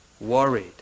worried